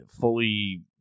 fully